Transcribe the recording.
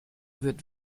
wird